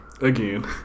again